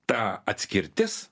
ta atskirtis